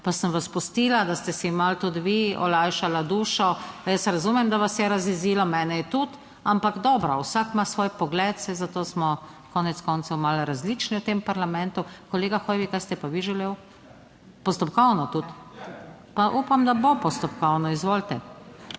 pa sem vas pustila, da ste si malo tudi vi olajšala dušo. Jaz razumem, da vas je razjezilo, mene je tudi, ampak dobro, vsak ima svoj pogled, saj zato smo konec koncev malo različni v tem parlamentu. Kolega Hoivik, kaj ste pa vi želel? Postopkovno tudi? Pa upam, da bo postopkovno, izvolite.